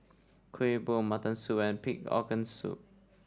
Kuih Bom Mutton Soup and Pig Organ Soup